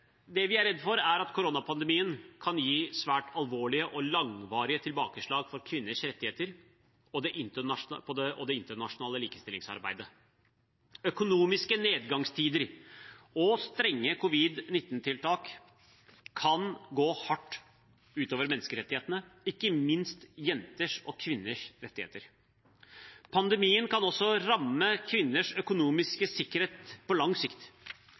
Det vi er redd for, er at koronapandemien kan gi svært alvorlige og langvarige tilbakeslag for kvinners rettigheter og det internasjonale likestillingsarbeidet. Økonomiske nedgangstider og strenge covid-19-tiltak kan gå hardt utover menneskerettighetene, ikke minst jenters og kvinners rettigheter. Pandemien kan også ramme kvinners økonomiske sikkerhet på lang sikt.